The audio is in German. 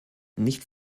nicht